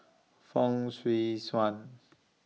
Fong Swee Suan